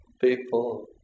people